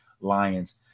Lions